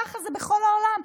ככה זה בכל העולם,